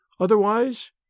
Otherwise